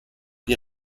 die